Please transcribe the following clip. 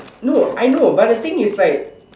no I know but the thing is like